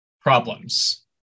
problems